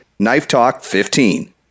KNIFETALK15